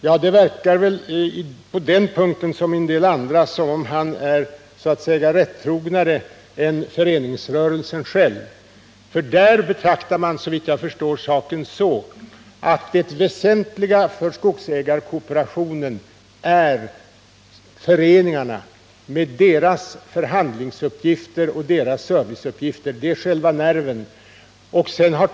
Ja, det verkar såväl på den punkten som på en del andra som om han är så att säga mera rättrogen än föreningsrörelsen själv. Där betraktar man, såvitt jag förstår, saken så, att det väsentliga för skogsägarkooperationen är föreningarna med deras förhandlingsuppgifter och deras serviceuppgifter. Det är själva nerven.